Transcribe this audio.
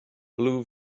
blue